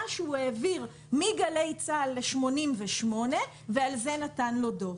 שהוא העביר מגלי צה"ל ל-88 ועל זה נתן לו דוח.